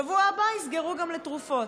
בשבוע הבא יסגרו גם לתרופות,